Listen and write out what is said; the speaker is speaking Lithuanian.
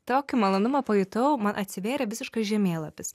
tokį malonumą pajutau man atsivėrė visiškas žemėlapis